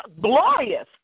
glorious